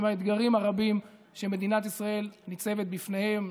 עם האתגרים הרבים שמדינת ישראל ניצבת בפניהם.